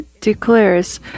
declares